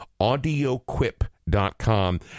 audioquip.com